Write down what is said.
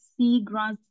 Seagrass